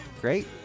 great